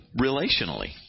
relationally